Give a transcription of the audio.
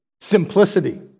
Simplicity